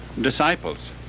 disciples